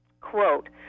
quote